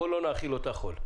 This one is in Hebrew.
בואו לא נאכיל אותה חול.